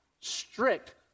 strict